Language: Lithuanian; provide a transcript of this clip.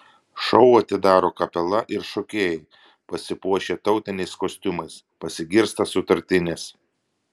šou atidaro kapela ir šokėjai pasipuošę tautiniais kostiumais pasigirsta sutartinės